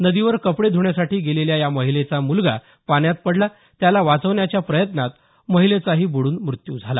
नदीवर कपडे धुण्यासाठी गेलेल्या या महिलेचा मुलगा पाण्यात पडला त्याला वाचवण्याच्या प्रयत्नात महिलेचाही बुडून मृत्यू झाला